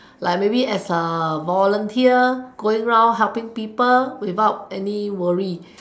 like maybe as volunteer going around helping people without any worry